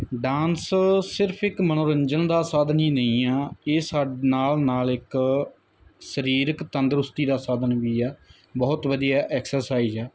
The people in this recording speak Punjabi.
ਡਾਂਸ ਸਿਰਫ ਇੱਕ ਮਨੋਰੰਜਨ ਦਾ ਸਾਧਨ ਹੀ ਨਹੀਂ ਆ ਇਹ ਸ ਨਾਲ ਨਾਲ ਇੱਕ ਸਰੀਰਕ ਤੰਦਰੁਸਤੀ ਦਾ ਸਾਧਨ ਵੀ ਆ ਬਹੁਤ ਵਧੀਆ ਐਕਸਰਸਾਈਜ਼ ਆ